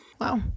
Wow